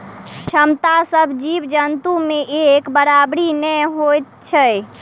क्षमता सभ जीव जन्तु मे एक बराबरि नै होइत छै